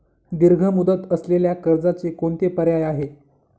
दीर्घ मुदत असलेल्या कर्जाचे कोणते पर्याय आहे?